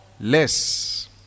less